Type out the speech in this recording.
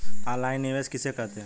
Online निवेश किसे कहते हैं?